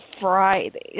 Friday